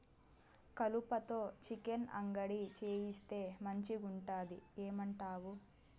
కలుపతో చికెన్ అంగడి చేయిస్తే మంచిగుంటది ఏమంటావు